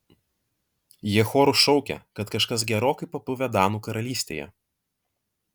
jie choru šaukia kad kažkas gerokai papuvę danų karalystėje